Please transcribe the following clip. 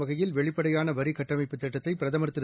வகையில் வெளிப்படையானவரிகட்டமைப்புத் திட்டத்தைபிரதமர் திரு